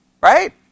right